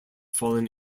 fallen